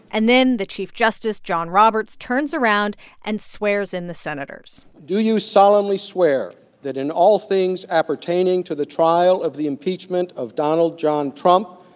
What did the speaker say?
and then the chief justice, john roberts, turns around and swears in the senators do you solemnly swear that in all things appertaining to the trial of the impeachment of donald john trump,